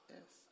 Yes